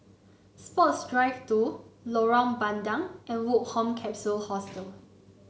Sports Drive Two Lorong Bandang and Woke Home Capsule Hostel